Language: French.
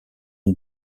une